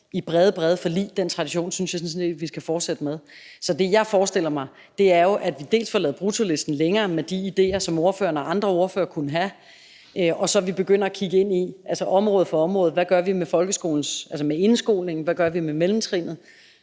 i meget brede forlig, og den tradition synes jeg sådan set vi skal fortsætte med. Det, jeg forestiller mig, er, at vi dels får lavet bruttolisten længere med de idéer, som spørgeren og de andre ordførere kunne have, dels at vi begynder at kigge ind i, altså område for område, hvad vi gør med indskolingen, hvad vi gør med mellemtrinnet,